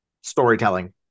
storytelling